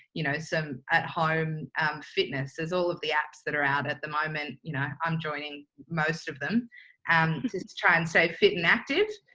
you know, some at home fitness there's all of the apps that are out at the moment, you know, i'm joining most of them and to try and stay fit and active.